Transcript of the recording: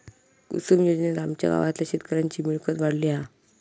कुसूम योजनेत आमच्या गावातल्या शेतकऱ्यांची मिळकत वाढली हा